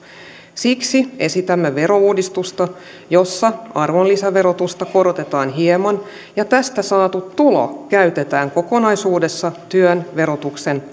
siksi esitämme verouudistusta jossa arvonlisäverotusta korotetaan hieman ja tästä saatu tulo käytetään kokonaisuudessaan työn verotuksen